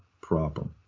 problem